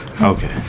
okay